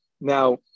Now